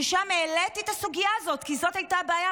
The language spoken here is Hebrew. שם העליתי את הסוגיה הזאת, כי זאת הייתה הבעיה.